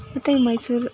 ಮತ್ತು ಈ ಮೈಸೂರು